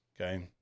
Okay